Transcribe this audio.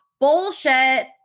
bullshit